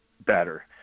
better